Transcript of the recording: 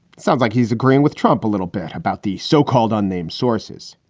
sounds like he's agreeing with trump a little bit about the so-called unnamed sources.